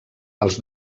els